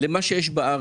למה שיש בארץ.